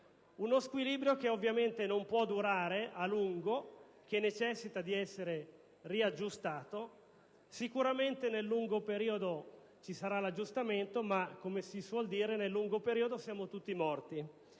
uno squilibrio che ovviamente non può durare a lungo e che necessita di essere aggiustato. Sicuramente nel lungo periodo si procederà all'aggiustamento, ma - come si suole dire - nel lungo periodo saremo tutti morti.